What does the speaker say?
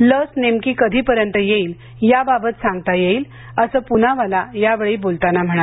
लस नेमकी कधीपर्यंत येईल यावावत सांगता येईल असं पूनावाला या वेळी बोलताना म्हणाले